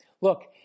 look